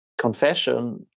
confession